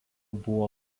buvo